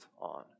on